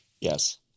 Yes